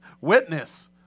witness